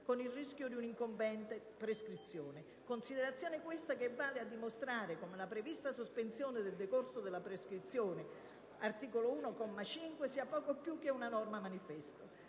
con il rischio incombente della prescrizione. Considerazione, questa, che vale a dimostrare come la prevista sospensione del decorso della prescrizione (articolo 1, comma 5) sia poco più che una norma manifesto.